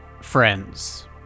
friends